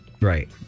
Right